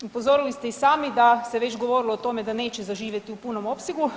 Upozorili ste i sami da se već govorilo o tome da neće zaživjeti u punom opsegu.